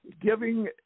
giving